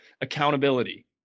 accountability